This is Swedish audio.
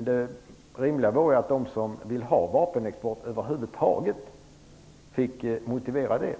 Det rimliga vore ju att de som vill ha vapenexport över huvud taget fick motivera det.